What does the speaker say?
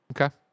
Okay